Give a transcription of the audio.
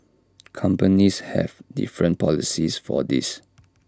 companies have different policies for this